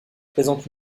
présente